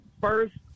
first